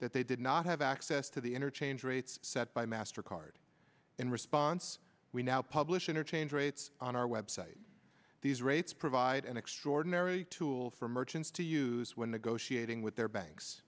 that they did not have access to the interchange rates set by master card in response we now publish interchange rates on our website these rates provide an extraordinary tool for merchants to use when negotiating with their banks